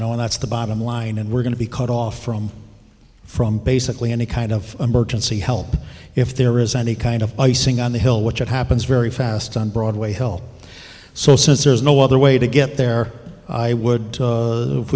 know and that's the bottom line and we're going to be cut off from from basically any kind of emergency help if there is any kind of icing on the hill which it happens very fast on broadway hill so since there is no other way to get there i would